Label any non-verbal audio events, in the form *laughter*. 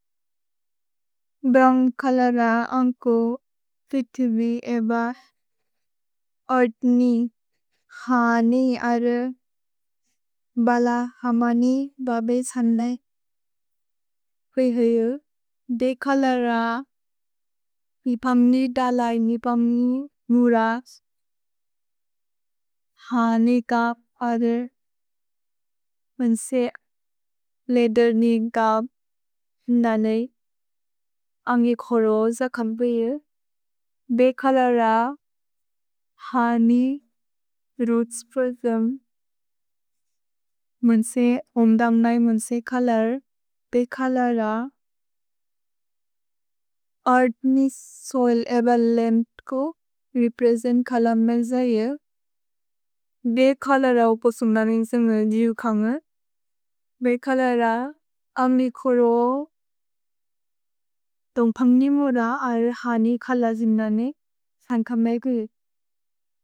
भ्रन्ग् खल र अन्ग् को पिथुबे एव। ओत्नि हने अरो बल हम नि बबे सन्ने। क्वेहेउ दे खल र पिपम्नि तलै *hesitation* निपम्नि मुरस्। हने कप् अरो *hesitation* मन्से लेदुर्नि कप् नने। अन्गि खोरो ज खम्पे एवे। भे खल र हने रूत्स् प्रिस्म्। *hesitation* मन्से ओम्दम् नै मन्से खल। भे खल र ओत्नि सोइल् *hesitation* एव लेम्त् को रेप्रेसेन्त् खल मेल्ज एवे। भे खल र ओपो सुन्दने निसे निजु खन्ग। भे खल र अन्गि खोरो। दुन्ग् फन्ग्नि मुर अर् हने खल जिम्नने खन्ग मेगु।